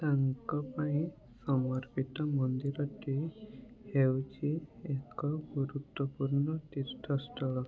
ତାଙ୍କ ପାଇଁ ସମର୍ପିତ ମନ୍ଦିରଟି ହେଉଛି ଏକ ଗୁରୁତ୍ୱପୂର୍ଣ୍ଣ ତୀର୍ଥସ୍ଥଳ